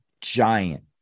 giant